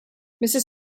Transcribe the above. mrs